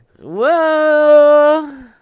Whoa